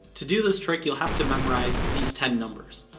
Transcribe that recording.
to do this trick you'll have to memorize these ten numbers.